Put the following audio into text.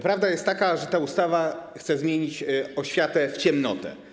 Prawda jest taka, że ta ustawa chce zmienić oświatę w ciemnotę.